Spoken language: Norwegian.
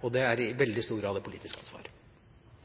og det er i veldig stor grad et politisk ansvar.